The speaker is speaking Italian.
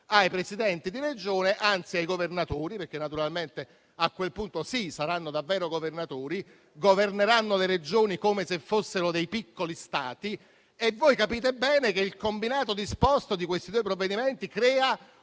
ai Presidenti di Regione, anzi ai governatori, perché a quel punto saranno davvero governatori. Governeranno le Regioni come se fossero dei piccoli Stati e voi capite bene che il combinato disposto di questi due provvedimenti crea